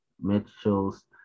Mitchell's